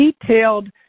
detailed